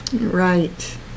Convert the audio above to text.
Right